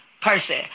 person